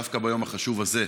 דווקא ביום החשוב הזה: